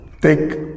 take